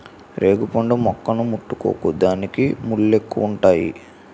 రేగుపండు మొక్కని ముట్టుకోకు దానికి ముల్లెక్కువుంతాయి